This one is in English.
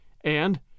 and